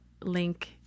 link